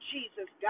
Jesus